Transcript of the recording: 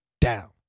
down